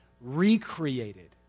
recreated